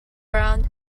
around